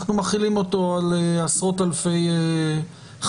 אנחנו מחילים אותו על עשרות אלפי חברות